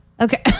Okay